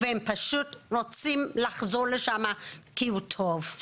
והם פשוט רוצים לחזור לשם כי זה טוב.